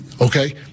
okay